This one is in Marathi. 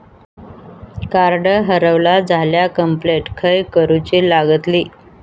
कार्ड हरवला झाल्या कंप्लेंट खय करूची लागतली?